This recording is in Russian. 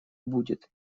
будет